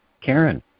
Karen